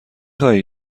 خواهی